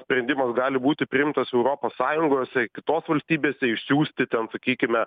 sprendimas gali būti priimtas europos sąjungos kitos valstybėse išsiųsti ten sakykime